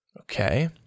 Okay